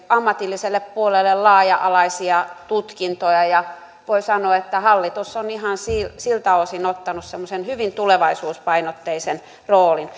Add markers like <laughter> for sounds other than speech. ammatilliselle puolelle laaja alaisia tutkintoja voi sanoa että hallitus on ihan siltä siltä osin ottanut semmoisen hyvin tulevaisuuspainotteisen roolin <unintelligible>